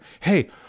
Hey